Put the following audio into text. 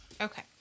Okay